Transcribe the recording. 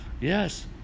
Yes